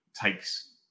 takes